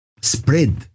Spread